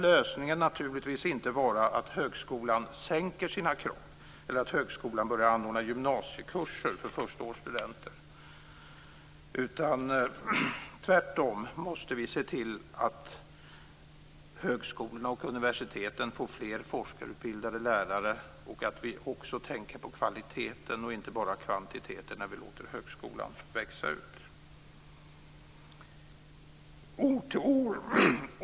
Lösningen ska naturligtvis inte vara att högskolan sänker sina krav eller att högskolan börjar anordna gymnasiekurser för förstaårsstudenter, utan tvärtom måste vi se till att högskolorna och universiteten får fler forskarutbildade lärare och att vi också tänker på kvaliteten och inte på kvantiteten när vi låter högskolan växa ut.